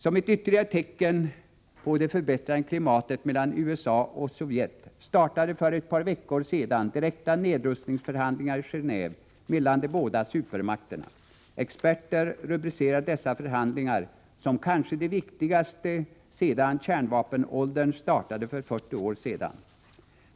Som ett ytterligare tecken på det förbättrade klimatet mellan USA och Sovjet startade för ett par veckor sedan direkta nedrustningsförhandlingar i Genéve mellan de båda supermakterna. Experter rubricerar dessa förhandlingar som kanske de viktigaste sedan kärnvapenålderns början för 40 år sedan.